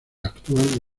actual